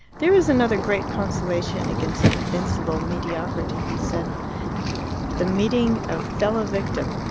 there is another great consolation against invincible mediocrity, he said the meeting a fellow-victim.